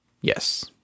yes